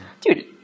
dude